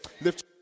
Lift